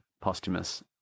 posthumous